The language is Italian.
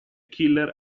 killer